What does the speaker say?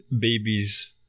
babies